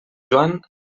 joan